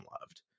loved